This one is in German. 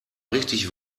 richtig